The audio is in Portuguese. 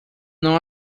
não